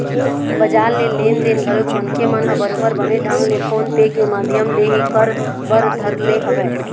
बजार के लेन देन घलोक मनखे मन ह बरोबर बने ढंग ले फोन पे के माधियम ले ही कर बर धर ले हवय